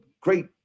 great